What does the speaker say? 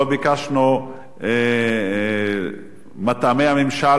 לא ביקשנו מטעמי הממשל,